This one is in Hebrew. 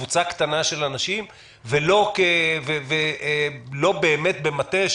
קבוצה קטנה מאוד של אנשים ולא באמת המטה,